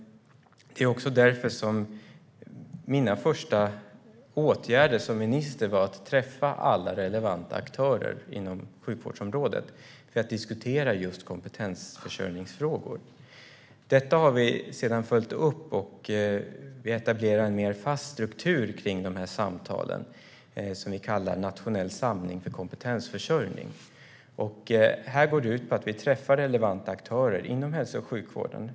Det är också därför som min första åtgärd som minister var att träffa alla relevanta aktörer inom sjukvårdsområdet för att diskutera just kompetensförsörjningsfrågor. Detta har vi sedan följt upp, och vi etablerar en mer fast struktur kring dessa samtal som vi kallar nationell samling för kompetensförsörjning. Det går ut på att vi träffar relevanta aktörer inom hälso och sjukvården.